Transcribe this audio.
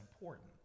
important